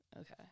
Okay